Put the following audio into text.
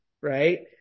Right